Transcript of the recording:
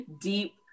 deep